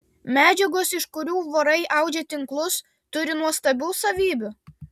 medžiagos iš kurių vorai audžia tinklus turi nuostabių savybių